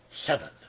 seven